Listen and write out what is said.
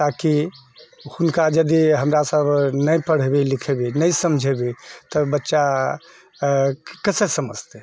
आओर कि हुनका यदि हमरा सब नहि पढ़ेबै लिखबै नहि समझेबै तऽ बच्चा कैसे समझतै